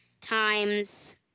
times